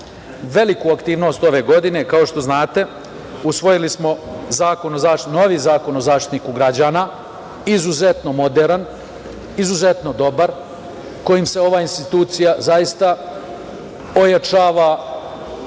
veliku aktivnost ove godine. Kao što znate, usvojili smo novi Zakon o Zaštitniku građana, izuzetno moderan, izuzetno dobar kojim se ova institucija zaista ojačava